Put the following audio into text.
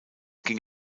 ging